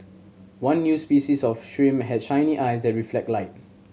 one new species of shrimp had shiny eyes that reflect light